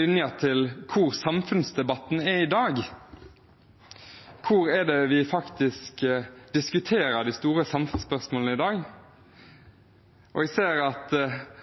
linjer til hvor samfunnsdebatten er i dag, hvor det er vi diskuterer de store samfunnsspørsmålene i dag – jeg ser at